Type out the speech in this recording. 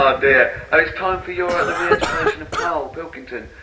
ah dear. ah, it's time for your ah, the re-education of karl, pilkington.